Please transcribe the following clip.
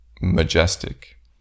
majestic